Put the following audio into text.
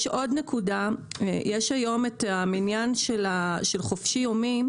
יש היום העניין של החופשי-יומי,